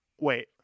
Wait